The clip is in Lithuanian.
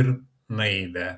ir naivią